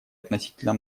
относительно